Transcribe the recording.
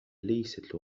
ليست